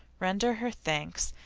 render her thanks,